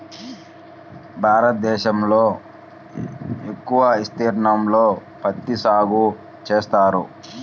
భారతదేశంలో ఎక్కువ విస్తీర్ణంలో పత్తి సాగు చేస్తారు